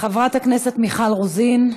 חברת הכנסת מיכל רוזין,